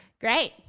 Great